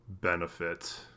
benefit